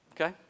Okay